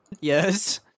Yes